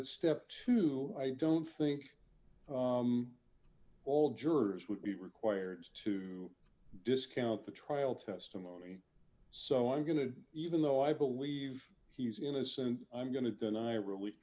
it step two i don't think all jurors would be required to discount the trial testimony so i'm going to even though i believe he's innocent i'm going to deny really